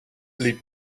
liep